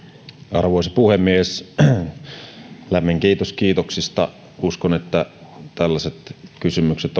arvoisa puhemies lämmin kiitos kiitoksista uskon että tällaiset kysymykset